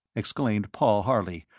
exclaimed paul harley,